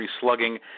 slugging